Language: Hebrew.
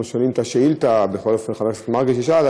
שואבים את השאילתה שחבר הכנסת מרגי שאל.